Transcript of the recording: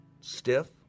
stiff